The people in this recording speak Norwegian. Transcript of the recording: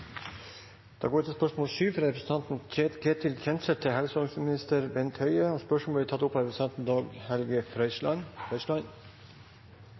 fra representanten Ketil Kjenseth til helse- og omsorgsminister Bent Høie, vil bli tatt opp av representanten Dag Helge